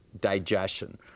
digestion